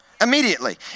immediately